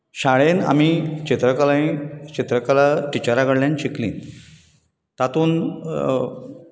शाळेंत आमी चित्रकला ही चित्रकला टिचरा कडल्यान शिकलीं तातूंत